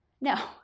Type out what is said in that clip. No